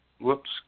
Whoops